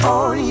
on